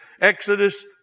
Exodus